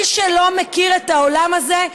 מי שלא מכיר את העולם הזה,